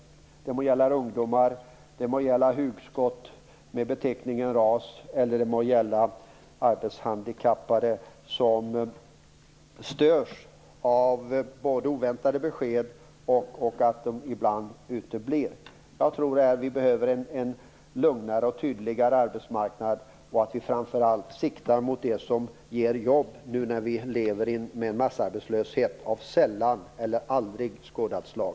Det må gälla ungdomar, hugskott med beteckningen RAS eller arbetshandikappade som störs av både oväntade besked och uteblivna besked. Jag tror att vi behöver en lugnare och tydligare arbetsmarknad och att vi framför allt siktar på det som ger jobb när vi nu lever med en massarbetslöshet av sällan eller aldrig skådat slag.